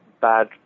bad